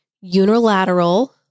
unilateral